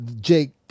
Jake